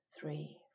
three